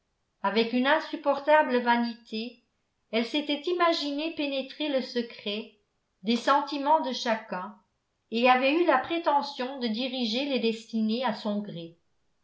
avec une insupportable vanité elle s'était imaginé pénétrer le secret des sentiments de chacun et avait eu la prétention de diriger les destinées à son gré